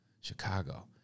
Chicago